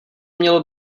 mělo